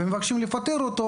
ומבקשים לפטר אותו,